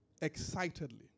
excitedly